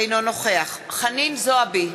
אינו נוכח חנין זועבי,